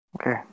Okay